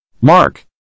Mark